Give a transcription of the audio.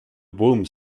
womb